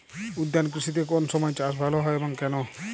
উদ্যান কৃষিতে কোন সময় চাষ ভালো হয় এবং কেনো?